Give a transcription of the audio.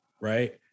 right